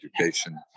education